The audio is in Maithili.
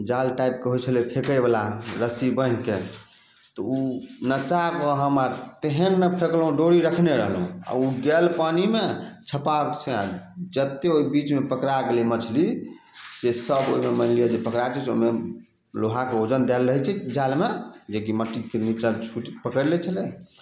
जाल टाइपके होइ छलै फेकै बला रस्सी बन्हिके तऽ ओ नचा कऽ हम आर तेहन ने फेकलहुँ डोरी रखने रहलहुँ आ ओ गेल पानिमे छपाक से जतेक ओइ बीचमे पकड़ा गेलै मछली से सभ ओहिमे मानि लिअ जे पकड़ा जाइत ओहिमे लोहाके ओजन दैल रहै छै जालमे जेकि मट्टीके नीचाँ छुटि पकड़ि लै छलै